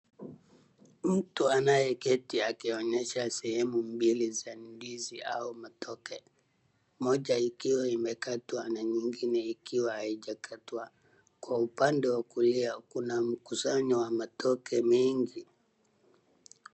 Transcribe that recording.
Mtu anayeketi akionyesha sehemu mbili za ndizi au matoke ,moja ikiwa imekatwa na nyingine ikiwa haijakatwa, kwa upande wa kulia kuna mkusanyo wa matoke nyingi.